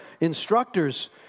instructors